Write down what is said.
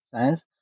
science